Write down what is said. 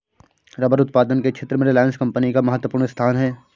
rubber उत्पादन के क्षेत्र में रिलायंस कम्पनी का महत्त्वपूर्ण स्थान है